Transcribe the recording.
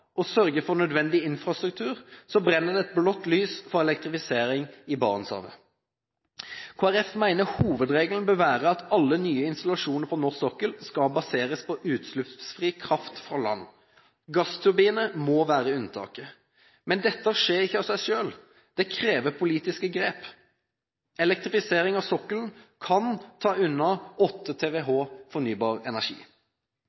for nødvendig infrastruktur, brenner det et blått lys for elektrifisering i Barentshavet. Kristelig Folkeparti mener hovedregelen bør være at alle nye installasjoner på norsk sokkel skal baseres på utslippsfri kraft fra land. Gassturbiner må være unntaket. Men dette skjer ikke av seg selv – det krever politiske grep. Elektrifisering av sokkelen kan ta unna